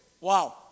Wow